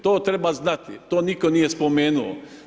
To treba znati, to nitko nije spomenuo.